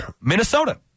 Minnesota